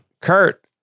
Kurt